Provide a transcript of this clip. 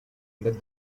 that